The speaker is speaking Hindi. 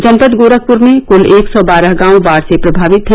जनपद गोरखपुर में क्ल एक सौ बारह गांव बाढ़ प्रभावित हैं